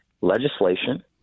legislation